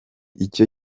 icyo